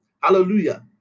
Hallelujah